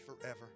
forever